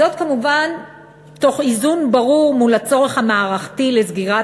זאת כמובן תוך איזון ברור מול הצורך המערכתי בסגירת